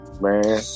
Man